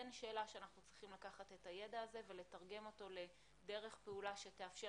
אין שאלה שאנחנו צריכים לקחת את הידע הזה ולתרגם אותו לדרך פעולה שתאפשר